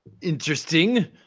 Interesting